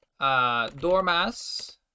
dormas